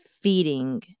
feeding